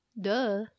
Duh